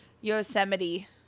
Yosemite